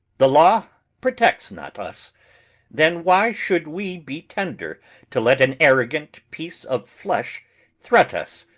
the law protects not us then why should we be tender to let an arrogant piece of flesh threat us,